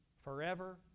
forever